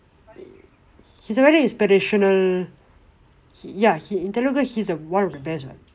he's a very inspirational ya in telungu he is one of the best [what]